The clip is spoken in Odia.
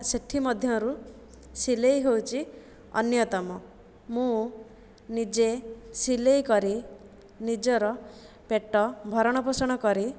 ସେଥିମଧ୍ୟରୁ ସିଲେଇ ହେଉଛି ଅନ୍ୟତମ ମୁଁ ନିଜେ ସିଲେଇ କରି ନିଜର ପେଟ ଭରଣପୋଷଣ କରେ